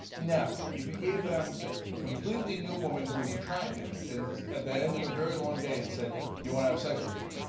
no, if you gave them a completely new woman who was attractive and at the end of the very long day and said you want have sex with her?